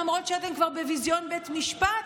למרות שאתם כבר בביזיון בית המשפט,